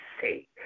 say